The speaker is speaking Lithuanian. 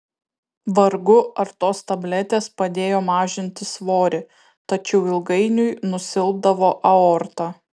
vargu ar tos tabletės padėjo mažinti svorį tačiau ilgainiui nusilpdavo aorta